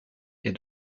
est